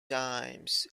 times